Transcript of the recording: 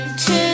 two